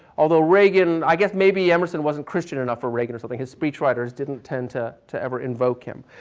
although reagan i guess maybe emerson wasn't christian enough for reagan or something, his speech writers didn't tend to to ever invoke him.